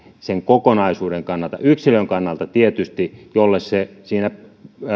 kokonaisuuden kannalta yksilön kannalta tietysti jolle siinä